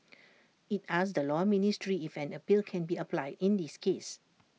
IT asked the law ministry if an appeal can be applied in this case